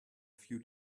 few